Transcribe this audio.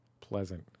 pleasant